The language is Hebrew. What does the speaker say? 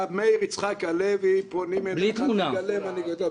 נכתב מאיר יצחק הלוי פונים אליך, תגלה מנהיגות.